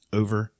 over